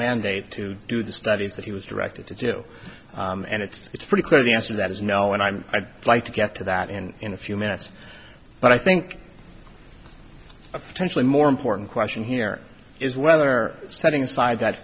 mandate to do the studies that he was directed to do and it's it's pretty clear the answer that is no and i'm i'd like to get to that in in a few minutes but i think a potentially more important question here is whether setting aside that